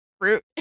fruit